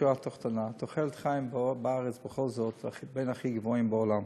בשורה התחתונה: תוחלת החיים פה בארץ בכל זאת בין הכי גבוהות בעולם.